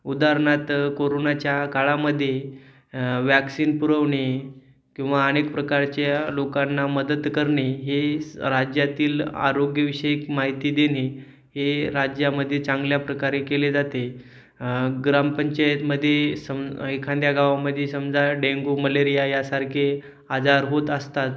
उदाहरणार्थ कोरोनाच्या काळामध्ये वॅक्सिन पुरवणे किंवा अनेक प्रकारच्या लोकांना मदत करणे हे राज्यातील आरोग्यविषयक माहिती देणे हे राज्यामध्ये चांगल्या प्रकारे केले जाते ग्रामपंचायतमध्ये समज एखाद्या गावामध्ये समजा डेंगू मलेरिया यासारखे आजार होत असतात